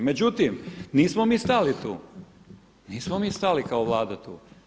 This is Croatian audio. Međutim, nismo mi stali tu, nismo mi stali kao Vlada tu.